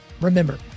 Remember